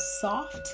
soft